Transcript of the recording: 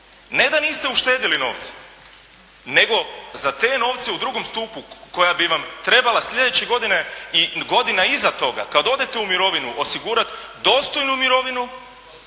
ne da niste uštedili novce, nego za te novce u drugom stupu koja bi vam trebala sljedeće godine i godina iza toga kad odete u mirovinu osigurati dostojnu mirovinu,